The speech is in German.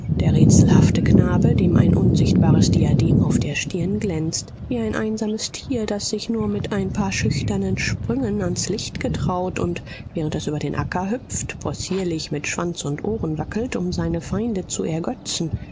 der rätselhafte knabe dem ein unsichtbares diadem auf der stirn glänzt wie ein einsames tier das sich nur mit ein paar schüchternen sprüngen ans licht getraut und während es über den acker hüpft possierlich mit schwanz und ohren wackelt um seine feinde zu ergötzen